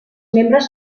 membres